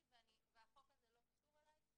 והחוק הזה לא קשור אלי.